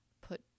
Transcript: put